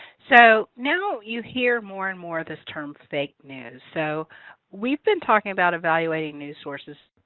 so now you hear more and more this term, fake news. so we've been talking about evaluating news sources.